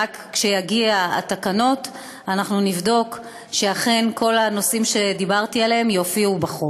כשיגיעו התקנות אנחנו נבדוק שאכן כל הנושאים שדיברתי עליהם יופיעו בחוק.